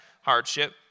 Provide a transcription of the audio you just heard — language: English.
hardship